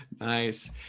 Nice